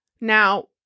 Now